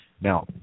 Now